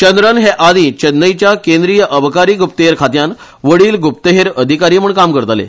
चंद्रन हे आदि चेन्न्यच्या केंद्रीय अबकारी गुप्तहेर खात्यांत वडिल ग्रप्तहेर अधिकारी म्हण काम करताले